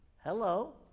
Hello